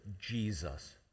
Jesus